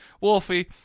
Wolfie